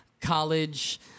college